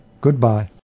Goodbye